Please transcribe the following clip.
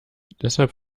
deshalb